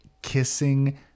Kissing